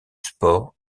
sport